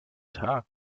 tag